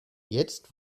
jetzt